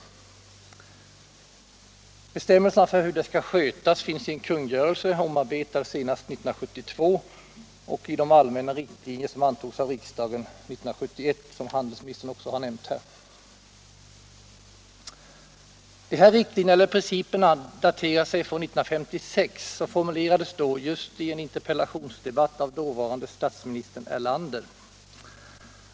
Bestämmelserna för hur det skall skötas finns i en kungörelse, omarbetad senast 1972, och i de allmänna riktlinjer som antogs av riksdagen 1971, vilket också berördes av handelsministern. De här riktlinjerna eller principerna daterar sig från 1956 och formulerades då, just i en interpellationsdebatt, av dåvarande statsministern Erlander.